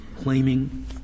claiming